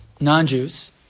non-Jews